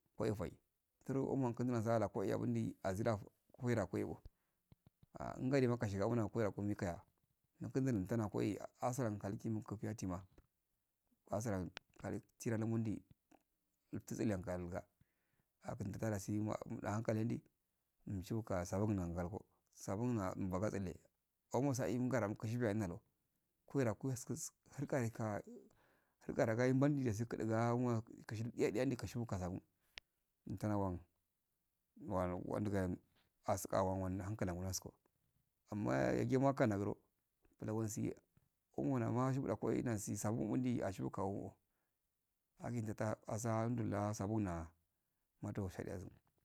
Kwai fui turogu umaso ala kooira bundi azida koira kowaibo li ngadema kashega bana komai da komai kaya nunkuzunun tana koi asimka likumu kufiyadima asrankali kutsitado mundi nutu tsiliyan galunga akuntu ta lasi mutu ankal hendu unshubuka sabangu na galgo sabangu da bagatselde amosa ihin gara unhum ara mkunshibiya hum daluo kuwaira kuhes kus hurqara yim bandi dasi kuduga hanwa kushiqul diya diya ndi kushiqu kasagu unta wan wa-wandugan asqawang wansko amma yagima kanaguro blawensi umuna shifgako nani safundi ashifukau'o again ndata asa andulna asabuna matogo shachiyasun.